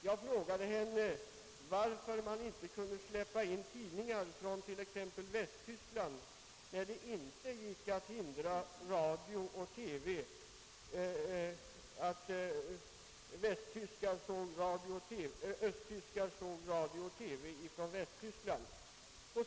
Jag frågade henne varför man inte kunde släppa in tidningar från t.ex. Västtyskland när östtyskarna inte kunde hindras att ta del av västtysk radio och TV.